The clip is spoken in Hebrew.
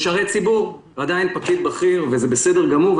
משרת ציבור, ועדיין פקיד בכיר וזה בסדר גמור.